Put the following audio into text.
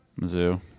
Mizzou